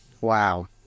Wow